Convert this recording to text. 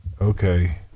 Okay